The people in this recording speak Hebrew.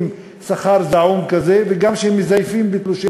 שכר זעום כזה וגם שהם מזייפים את תלושי